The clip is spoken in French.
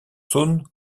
saône